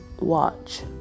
watch